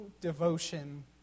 devotion